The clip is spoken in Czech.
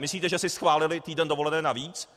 Myslíte si, že si schválili týden dovolené navíc?